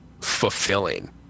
fulfilling